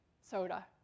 soda